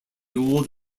old